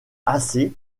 assez